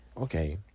okay